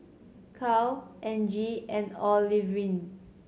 Carl Argie and Olivine